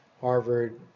Harvard